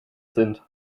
sind